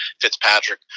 Fitzpatrick